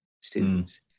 students